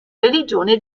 religione